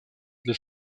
для